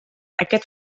aquest